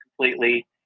completely